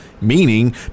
meaning